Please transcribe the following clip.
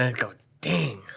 and go dang,